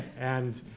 and,